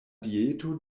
dieto